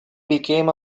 became